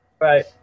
Right